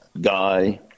guy